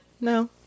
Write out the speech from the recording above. no